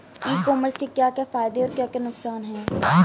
ई commerce के क्या क्या फायदे और क्या क्या नुकसान है?